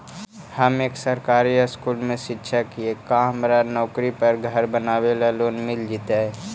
हम एक सरकारी स्कूल में शिक्षक हियै का हमरा नौकरी पर घर बनाबे लोन मिल जितै?